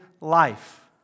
life